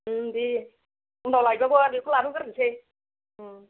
उम दे उनाव लायब्रबगोन बेखौ लाथ'गोरसै उम